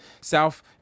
South